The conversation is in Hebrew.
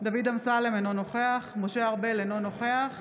דוד אמסלם, אינו נוכח משה ארבל, אינו נוכח